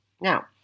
Now